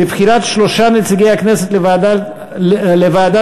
לבחירת שלושת נציגי הכנסת לוועדת המינויים